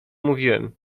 mówiłem